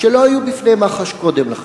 שלא היו בפני מח"ש קודם לכן.